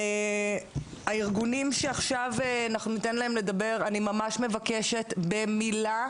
הארגונים שניתן להם לדבר, אני ממש מבקשת במילה,